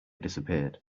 disappeared